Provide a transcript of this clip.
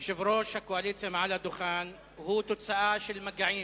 יושב-ראש הקואליציה מעל הדוכן הוא תוצאה של מגעים